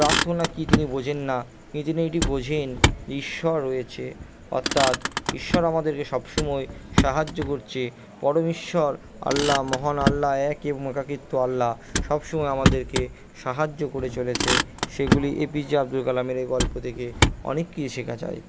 প্রার্থনা কি তিনি বোঝেন না বোঝেন ঈশ্বর রয়েছে অর্থাৎ ঈশ্বর আমাদেরকে সবসময় সাহায্য করছে পরমেশ্বর আল্লা মহান আল্লা একই আল্লা সবসময় আমাদেরকে সাহায্য করে চলেছে সেগুলি এপিজে আবদুল কালামের এই গল্প থেকে অনেক কিছু শেখা যায়